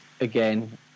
again